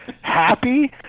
happy